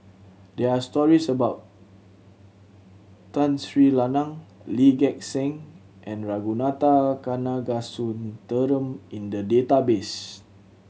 there are stories about Tun Sri Lanang Lee Gek Seng and Ragunathar Kanagasuntheram in the database